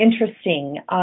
interesting